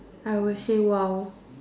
I will say !wow!